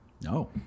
No